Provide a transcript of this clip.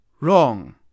Wrong